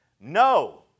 no